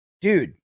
Dude